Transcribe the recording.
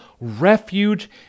refuge